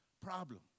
problem